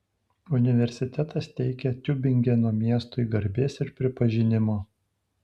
universitetas teikia tiubingeno miestui garbės ir pripažinimo